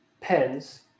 pens